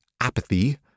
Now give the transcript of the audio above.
apathy